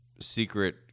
secret